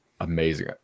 amazing